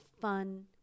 fun